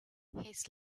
his